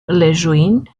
lejeune